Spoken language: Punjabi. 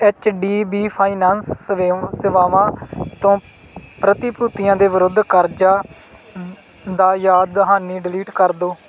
ਐਚ ਡੀ ਬੀ ਫਾਈਨੈਂਸ ਸੇਵਾਵਾਂ ਤੋਂ ਪ੍ਰਤੀਭੂਤੀਆਂ ਦੇ ਵਿਰੁੱਧ ਕਰਜਾ ਦਾ ਯਾਦ ਦਹਾਨੀ ਡਿਲੀਟ ਕਰ ਦਿਓ